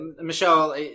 Michelle